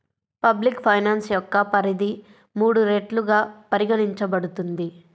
public finance యొక్క పరిధి మూడు రెట్లుగా పరిగణించబడుతుంది